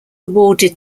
awarded